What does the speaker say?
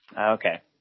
Okay